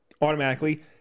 automatically